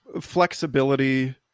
flexibility